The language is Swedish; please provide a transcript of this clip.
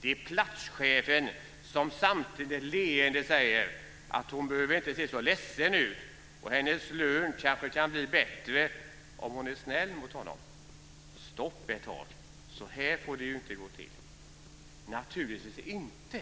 Det är platschefen som samtidigt leende säger att hon inte behöver se så ledsen ut och att hennes lön kanske kan bli bättre om hon är snäll mot honom. Stopp ett tag - så här får det ju inte gå till. Naturligtvis inte,